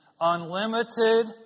unlimited